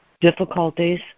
difficulties